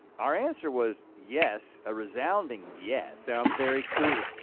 our answer was yes, a resounding yes. sounds very cool.